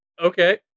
Okay